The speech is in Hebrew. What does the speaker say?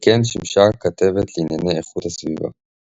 וכן שימשה כתבת לענייני איכות הסביבה.